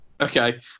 Okay